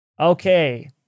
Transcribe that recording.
Okay